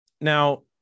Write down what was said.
Now